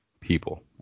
people